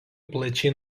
plačiai